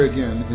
Again